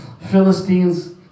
Philistines